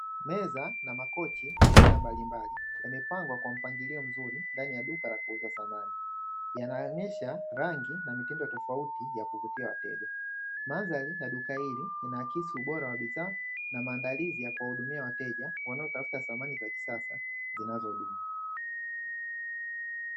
Meza na makochi ya aina mbalimbali yamepangwa kwa mpangilio mzuri ndani ya duka la kuuza samani. Yanaonesha rangi na mitindo tofauti ya kuvutia wateja. Mandhari ya duka hili yanaakisi ubora wa bidhaa na maandalizi ya kuwahudumia wateja wanaotafuta samani za kisasa zinazodumu.